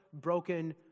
broken